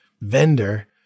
vendor